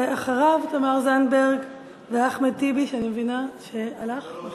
אחריו, תמר זנדברג ואחמד טיבי, שאני מבינה שהלך.